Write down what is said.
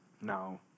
No